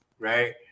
right